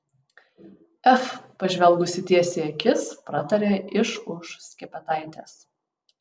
ef pažvelgusi tiesiai į akis pratarė iš už skepetaitės